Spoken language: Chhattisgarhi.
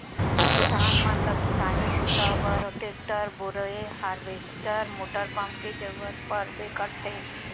किसान मन ल किसानी बूता बर टेक्टर, बोरए हारवेस्टर मोटर पंप के जरूरत परबे करथे